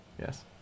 Yes